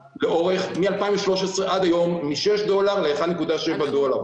מ-2013 ועד היום משישה דולרים ל-1.7 דולר.